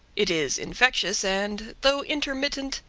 it is infectious and, though intermittent,